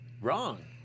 wrong